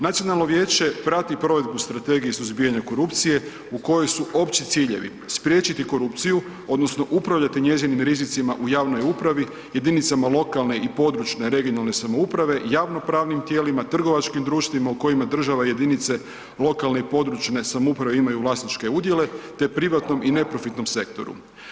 Nacionalno vijeće prati provedbu Strategije suzbijanja korupcije u kojoj su opći ciljevi spriječiti korupciju odnosno upravljati njezinim rizicima u javnoj upravi, jedinicama lokalne, područne (regionalne) samouprave, javnopravnim tijelima, trgovačkim društvima u kojima jedinice lokalne i područne samouprave imaju vlasničke udjele, te privatnom i neprofitnom sektoru.